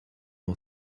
ont